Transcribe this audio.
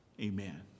Amen